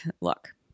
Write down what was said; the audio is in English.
look